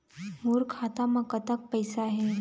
मोर खाता म कतक पैसा हे?